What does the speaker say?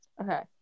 Okay